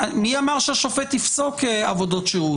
מי אמר שהשופט יפסוק עבודות שירות?